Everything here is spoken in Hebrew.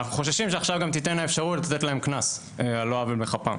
ואנחנו חוששים שעכשיו גם תינתן האפשרות לתת להם קנס על לא עוול בכפם.